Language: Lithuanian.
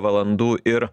valandų ir